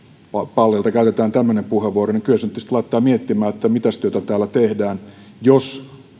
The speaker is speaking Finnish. pallilta käytetään tämmöinen puheenvuoro niin kyllä se nyt tietysti laittaa miettimään että mitäs työtä täällä tehdään jos